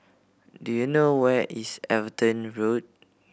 do you know where is Everton Road